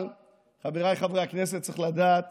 אבל חבריי חברי הכנסת, צריך לדעת